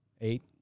Eight